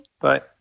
Bye